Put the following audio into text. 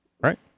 Right